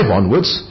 onwards